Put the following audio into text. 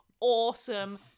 awesome